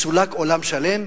מסולק עולם שלם.